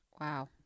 Wow